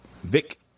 Vic